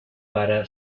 para